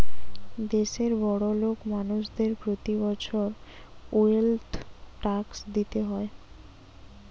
দেশের বড়োলোক মানুষদের প্রতি বছর ওয়েলথ ট্যাক্স দিতে হয়